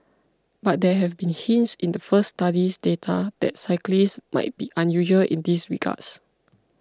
but there had been hints in the first study's data that the cyclists might be unusual in these regards